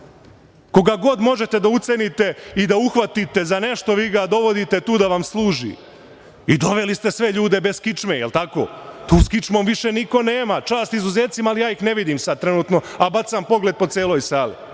god možete da ucenite i da uhvatite za nešto, vi ga dovodite tu da vam služi i doveli ste sve ljude bez kičme. Da li je tako? Tu s kičmom više nikog nema. Čast izuzecima, ali ja ih ne vidim sada trenutno, a bacam pogled po celoj sali. Sve